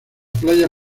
playa